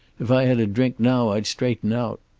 if i had a drink now i'd straighten out.